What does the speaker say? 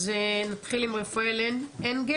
אז נתחיל עם רפאל אנגל,